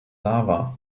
lava